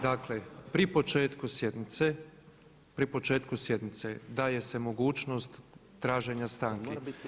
Dakle, pri početku sjednice, pri početku sjednice daje se mogućnost traženja stanke.